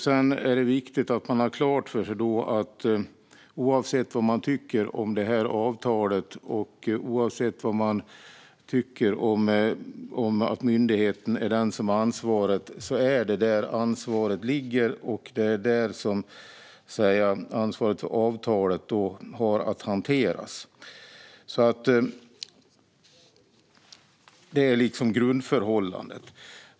Det är viktigt att man har klart för sig att oavsett vad man tycker om det här avtalet och oavsett vad man tycker om att det är myndigheten som har ansvaret för det är det där ansvaret ligger och där det ska hanteras. Det är liksom grundförhållandet.